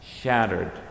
shattered